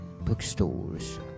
bookstores